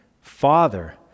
Father